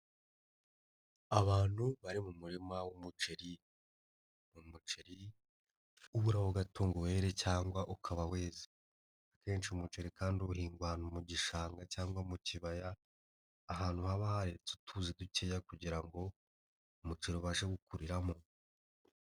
Abantu bari mu murima w'umuceri, umuceri uburaho gato ngo were cyangwa ukaba weze. Akenshi umuceri kandi uhingwa mu gishanga cyangwa mu kibaya, ahantu haba haretse utuzi dukeya kugira ngo umuce ubashe gukuriramo.